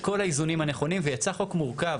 כל האיזונים הנכונים ויצא חוק מורכב.